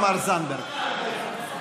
שמאושפזים במסדרון בבית החולים,